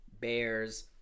Bears